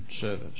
service